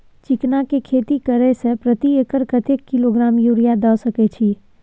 चिकना के खेती करे से प्रति एकर कतेक किलोग्राम यूरिया द सके छी?